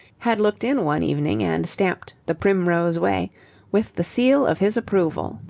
had looked in one evening and stamped the primrose way with the seal of his approval.